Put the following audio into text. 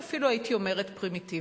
ואפילו הייתי אומרת "פרימיטיביים".